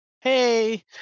hey